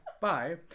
Bye